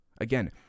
Again